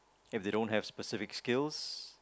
if they don't have specific skills